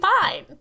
fine